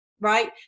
Right